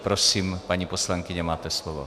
Prosím, paní poslankyně, máte slovo.